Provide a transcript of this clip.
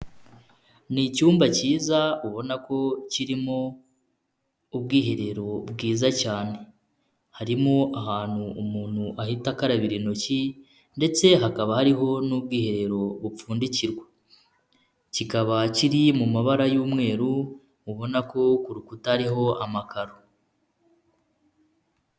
Ni icyuyumba cyiza, ubona ko kirimo ubwiherero bwiza cyane, harimo ahantu umuntu ahita akabira intoki ndetse hakaba hariho n'ubwiherero bupfundikirwa, kikaba kiri mu mabara y'umweru, ubona ko ku rukuta hariho amakaro.